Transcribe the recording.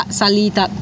salita